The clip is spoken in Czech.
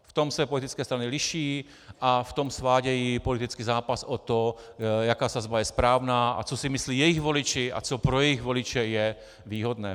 V tom se politické strany liší a v tom svádějí politický zápas o to, jaká sazba je správná a co si myslí jejich voliči a co pro jejich voliče je výhodné.